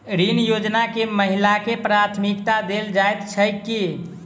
ऋण योजना मे महिलाकेँ प्राथमिकता देल जाइत छैक की?